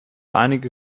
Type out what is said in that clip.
einige